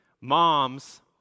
Moms